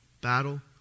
battle